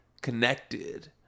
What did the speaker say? connected